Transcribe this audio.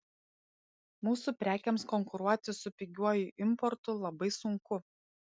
mūsų prekėms konkuruoti su pigiuoju importu labai sunku